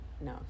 no